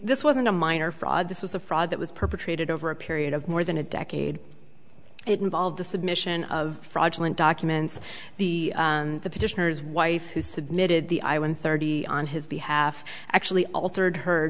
this wasn't a minor fraud this was a fraud that was perpetrated over a period of more than a decade and it involved the submission of fraudulent documents the the petitioners wife who submitted the i one thirty on his behalf actually altered h